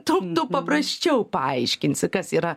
tu tu paprasčiau paaiškinsi kas yra